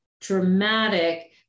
dramatic